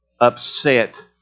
upset